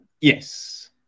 Yes